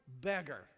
beggar